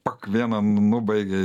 pak vieną nubaigei